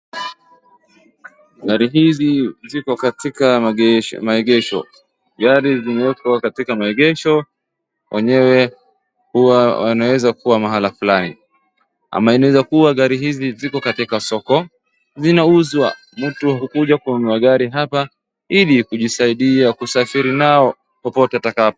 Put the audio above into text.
Gari hizi ziko katika maegesho. Gari zimeekwa katika maegesho, wenyewe wanaweza kuwa mahala fulani, ama inaeza kuwa gari hizi ziko katika soko zinauzwa. Mtu hukuja kwa magari hapa ili kujisaidia kusafiri nao popote atakapo.